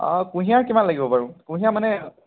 অঁ কুঁহিয়াৰ কিমান লাগিব বাৰু কুঁহিয়াৰ মানে